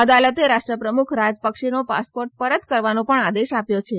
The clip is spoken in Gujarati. અદાલતે રાષ્ટ્રપ્રમુખ રાજપક્ષેનો પાસપોર્ટ પરત કરવાનો પણ આદેશ આપ્યો છે